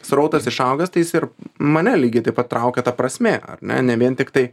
srautas išaugęs tai jis ir mane lygiai taip pat traukia ta prasmė ar ne ne vien tiktai